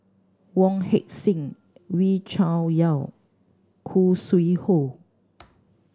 Wong Heck Sing Wee Cho Yaw Khoo Sui Hoe